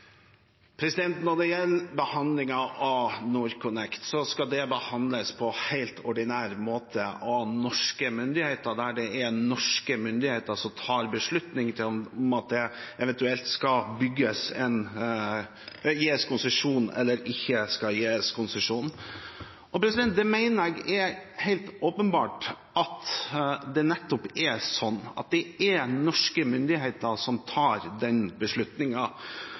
Når det gjelder NorthConnect, skal det behandles på helt ordinær måte av norske myndigheter. Det er norske myndigheter som tar beslutningen om det skal gis konsesjon eller ikke. Jeg mener det er helt åpenbart at det er norske myndigheter som tar den beslutningen. Jeg registrerer at det ligger et representantforslag som skal behandles i Stortinget i neste uke, om å avvise denne søknaden, og det mener jeg er